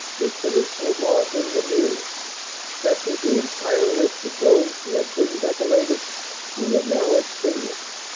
lieutenants lamothe and lem ieux such is the entire list of those who had been decorated who were now extinguished,